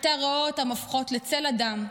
אתה רואה אותן הופכות לצל אדם.